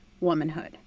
womanhood